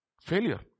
Failure